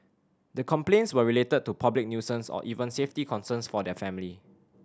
the complaints were related to public nuisance or even safety concerns for their family